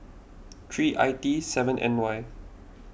three I T seven N Y